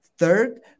Third